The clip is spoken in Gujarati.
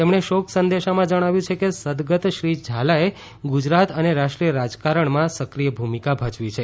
તેમણે શોક સંદેશામાં જણાવ્યું છે કે સદગત શ્રી ઝાલાએ ગુજરાત અને રાષ્ટ્રીય રાજકારણમાં સક્રિય ભૂમિકા ભજવી છે